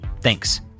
Thanks